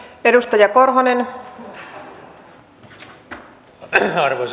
arvoisa puhemies